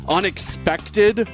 unexpected